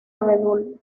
abedul